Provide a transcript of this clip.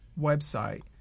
website